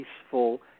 peaceful